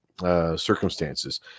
circumstances